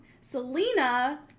Selena